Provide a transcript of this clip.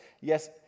yes